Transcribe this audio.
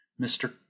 Mr